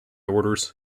orders